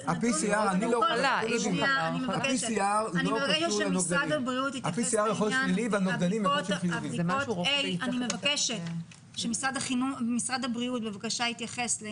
יש סבירות שיש לו נוגדנים יותר מאשר אצל ילד שלא היה עם